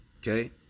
okay